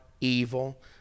evil